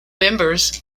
members